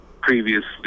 previously